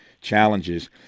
challenges